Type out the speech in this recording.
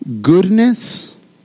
Goodness